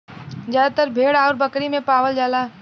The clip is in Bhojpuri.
जादातर भेड़ आउर बकरी से पावल जाला